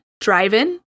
drive-in